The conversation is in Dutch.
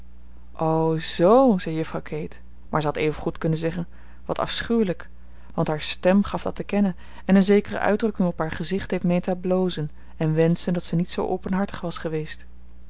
o zoo zei juffrouw kate maar ze had even goed kunnen zeggen wat afschuwelijk want haar stem gaf dat te kennen en een zekere uitdrukking op haar gezicht deed meta blozen en wenschen dat ze niet zoo openhartig was geweest